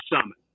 Summit